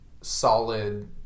solid